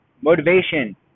motivation